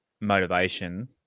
motivation